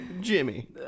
Jimmy